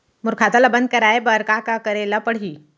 मोर खाता ल बन्द कराये बर का का करे ल पड़ही?